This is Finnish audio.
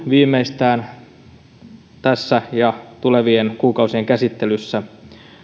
viimeistään nyt tässä ja tulevien kuukausien käsittelyssä